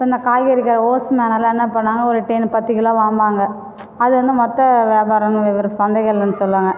இப்போ இந்த காய்கறி கடை சேல்ஸ் மேன் எல்லாம் என்ன பண்ணுவாங்கள் ஒரு டென் பத்து கிலோ வாங்குவாங்கள் அதை வந்து மொத்த வியாபாரம்னு ஒரு சந்தைகள்ன்னு சொல்லுவாங்கள்